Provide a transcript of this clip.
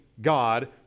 God